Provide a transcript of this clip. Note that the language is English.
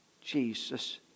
Jesus